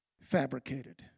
fabricated